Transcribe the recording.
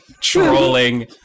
trolling